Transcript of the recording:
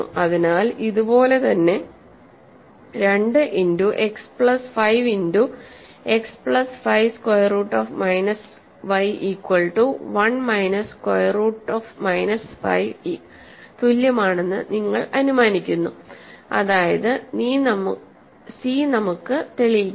അതിനാൽ ഇത് പോലെ തന്നെ 2 into x plus 5 into x plus 5 square root minus y equal to 1 minus square root minus 5 ന് തുല്യമാണെന്ന് നിങ്ങൾ അനുമാനിക്കുന്നു അതായത് സി നമുക്ക് തെളിയിക്കാം